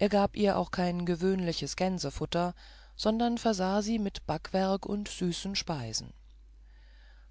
er gab ihr auch kein gewöhnliches gänsefutter sondern versah sie mit backwerk und süßen speisen